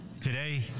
Today